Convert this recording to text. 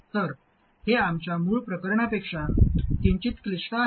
तर हे आमच्या मूळ प्रकरणापेक्षा किंचित क्लिष्ट आहे